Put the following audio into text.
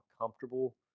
comfortable